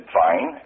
fine